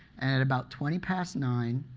and about twenty past nine